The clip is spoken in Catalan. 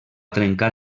trencar